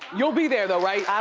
you'll be there, though, right? i